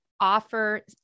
offer